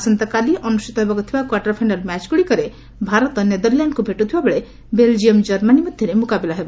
ଆସନ୍ତାକାଲି ଅନୁଷ୍ଠିତ ହେବାକୁ ଥିବା କ୍ୱାର୍ଟର ଫାଇନାଲ୍ ମ୍ୟାଚ୍ ଗୁଡ଼ିକରେ ଭାରତ ନେଦରଲ୍ୟାଣ୍ଡକୁ ଭେଟୁଥିବାବେଳେ ବେଲ୍ଜିୟମ୍ ଓ ଜର୍ମାନୀ ମଧ୍ୟରେ ମୁକାବିଲା ହେବ